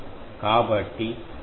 కాబట్టి 2I1 V 2 కి సమానం